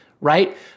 right